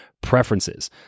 preferences